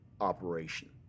operation